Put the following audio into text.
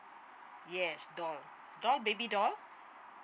yes doll baby doll